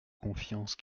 confiance